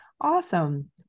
Awesome